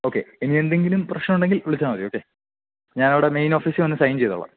okay ഇനി എന്തെങ്കിലും പ്രശ്നമുണ്ടെങ്കിൽ വിളിച്ചാൽ മതി ഓക്കേ ഞാൻ അവിടെ മെയിൻ ഓഫീസിൽ വന്ന് സൈൻ ചെയ്തോളാം